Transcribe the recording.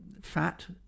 fat